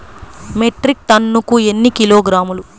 Metric టన్నుకు ఎన్ని కిలోగ్రాములు?